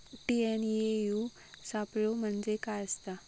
TNAU सापलो म्हणजे काय असतां?